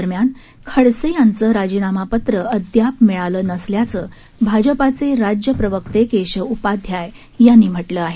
दरम्यान खडसे यांचं राजीनामा पत्रं अदयाप मिळालं नसल्याचं भाजपाचे राज्य प्रवक्ते केशव उपाध्याय यांनी म्हटलं आहे